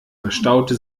verstaute